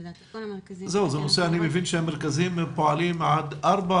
לדעתי כל המרכזים --- אני מבין שהמרכזים פועלים עד ארבע,